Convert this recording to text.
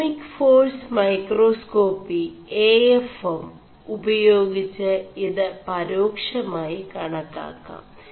അോമിക് force ൈമേ4കാസ്േകാçി ഉപേയാഗിg് ഇത് പേരാ മായി കണ ാാം